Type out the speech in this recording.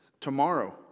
tomorrow